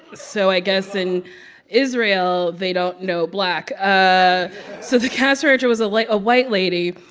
so i guess in israel, they don't know black ah so the casting director was a like white lady.